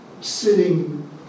sitting